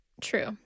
True